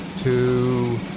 two